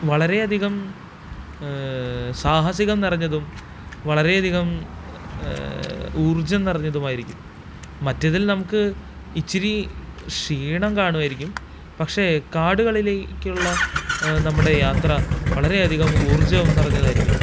വളരെയധികം സാഹസികം നിറഞ്ഞതും വളരെയധികം ഊർജ്ജം നിറഞ്ഞതുമായിരിക്കും മറ്റേതിൽ നമുക്ക് ഇച്ചിരി ക്ഷീണം കാണുവായിരിക്കും പക്ഷേ കാടുകളിലേക്കുള്ള നമ്മുടെ യാത്ര വളരെയധികം ഊർജ്ജവും നിറഞ്ഞതായിരിക്കും